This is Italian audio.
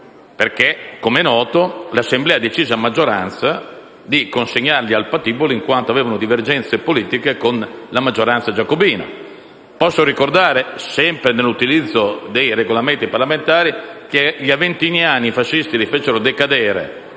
perché, com'è noto, quell'Assemblea decise a maggioranza di consegnarli al patibolo in quanto avevano divergenze politiche con la maggioranza giacobina. Posso ricordare, sempre nell'utilizzo dei Regolamenti parlamentari, che i fascisti fecero decadere